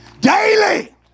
Daily